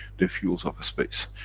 the fuels of space.